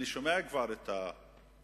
אני שומע כבר את הרחשים,